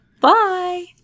Bye